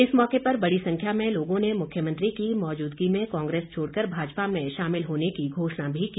इस मौके पर बड़ी संख्या में लोगों ने मुख्यमंत्री की मौजूदगी में कांग्रेस छोड़ कर भाजपा में शामिल होने की घोषणा भी की